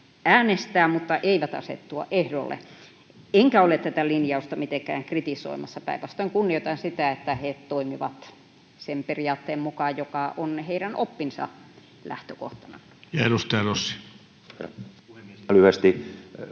äänestää mutta eivät asettua ehdolle. En ole tätä linjausta mitenkään kritisoimassa, päinvastoin kunnioitan sitä, että he toimivat sen periaatteen mukaan, joka on heidän oppinsa lähtökohtana. Herra